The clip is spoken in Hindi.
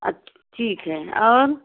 अच्छ ठीक है और